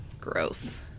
Gross